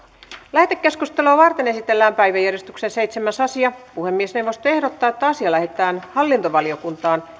lähetekeskustelua varten esitellään päiväjärjestyksen seitsemäs asia puhemiesneuvosto ehdottaa että asia lähetetään hallintovaliokuntaan